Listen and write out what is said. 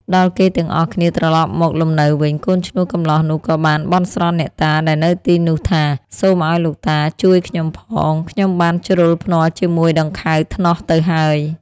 ដល់គេទាំងអស់គ្នាត្រឡប់មកលំនៅវិញ កូនឈ្នួលកំលោះនោះក៏បានបន់ស្រន់អ្នកតាដែលនៅទីនោះថា "សូមឲ្យលោកតាជួយខ្ញុំផង ខ្ញុំបានជ្រុលភ្នាល់ជាមួយដង្ខៅធ្នស់ទៅហើយ"។